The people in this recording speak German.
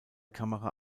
kamera